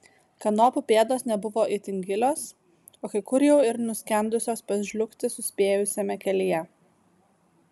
kanopų pėdos nebuvo itin gilios o kai kur jau ir nuskendusios pažliugti suspėjusiame kelyje